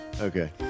Okay